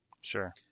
Sure